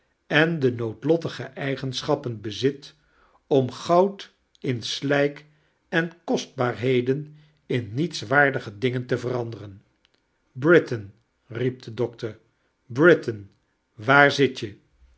en d noodlottige eigeneohap bezit om goud in slijk en kostbaarheden in nietswaardige dingen te veranderen britain riep de doctor britain waar zit je